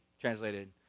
translated